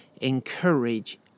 encourage